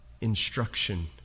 instruction